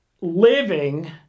living